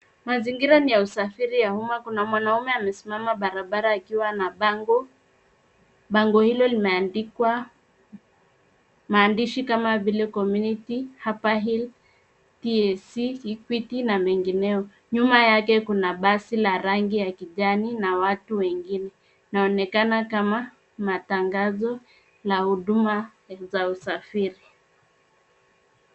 Mazingira ni ya usafiri ya umma. Kuna mwanaume amesimama barabara akiwa na bango. Bango hilo limeandikwa maandishi kama vile Community, Upperhill, TSC, Equity na mengineo. Nyuma yake kuna basi la rangi ya kijani na watu wengine. Inaonekana kama matangazo na huduma za usafiri.